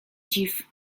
dziw